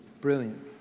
Brilliant